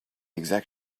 exact